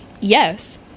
yes